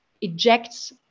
ejects